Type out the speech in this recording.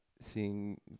seeing